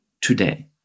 today